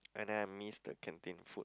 and then I miss the canteen food